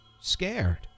scared